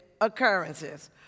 occurrences